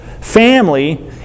family